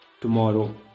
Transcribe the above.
tomorrow